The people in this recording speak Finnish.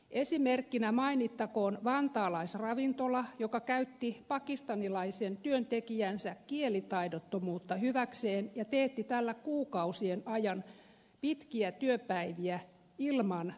esimerkkinä mainittakoon vantaalaisravintola joka käytti pakistanilaisen työntekijänsä kielitaidottomuutta hyväkseen ja teetti tällä kuukausien ajan pitkiä työpäiviä ilman palkkaa